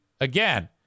again